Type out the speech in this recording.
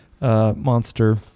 monster